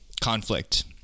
conflict